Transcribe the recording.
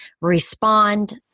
respond